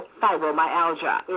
fibromyalgia